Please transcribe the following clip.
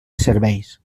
serveis